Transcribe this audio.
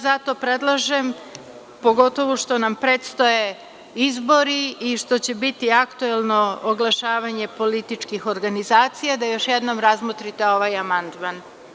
Zato predlažem, pogotovu što nam predstoje izbori i što će biti aktuelno oglašavanje političkih organizacija, da još jednom razmotrite ovaj amandman.